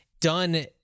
done